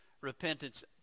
repentance